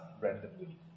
randomly